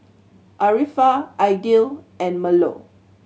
Arifa Aidil and Melur